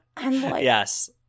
Yes